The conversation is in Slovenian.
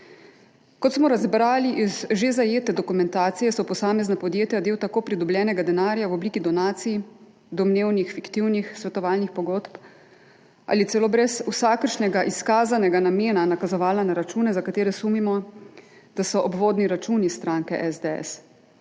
Kot smo razbrali iz že zajete dokumentacije, so posamezna podjetja del tako pridobljenega denarja v obliki donacij, domnevnih fiktivnih svetovalnih pogodb ali celo brez vsakršnega izkazanega namena nakazovala na račune, za katere sumimo, da so obvodni računi stranke SDS.